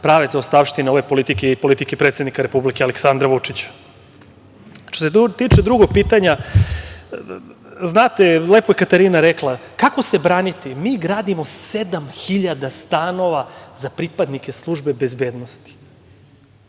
prava zaostavština ove politike ili politike predsednika Republike, Aleksandra Vučića. Što se tiče drugog pitanja, znate, lepo je Katarina rekla, kako se braniti. Mi gradimo sedam hiljada stanova za pripadnike službe bezbednosti.